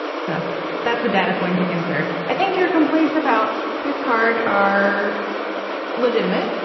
so that's a data point to consider. i think your complaints about picard are legitimate.